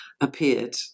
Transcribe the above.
appeared